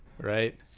right